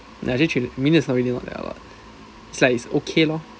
actually true a million's really not that a lot it's like it's okay lor